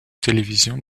télévision